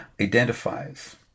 identifies